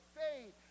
faith